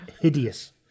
hideous